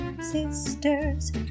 sisters